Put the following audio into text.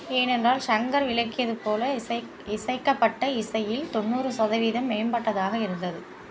ஏனென்றால் ஷங்கர் விளக்கியது போல இசை இசைக்கப்பட்ட இசையில் தொண்ணூறு சதவீதம் மேம்பட்டதாக இருந்தது